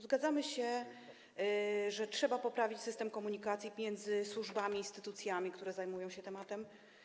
Zgadzamy się, że trzeba poprawić system komunikacji pomiędzy służbami, instytucjami, które zajmują się tym tematem.